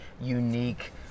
unique